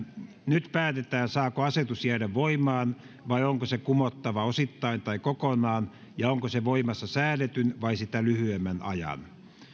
nyt päätetään saako asetus jäädä voimaan vai onko se kumottava osittain tai kokonaan ja onko se voimassa säädetyn vai sitä lyhyemmän ajan